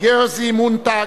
ג'רזי מונטאג,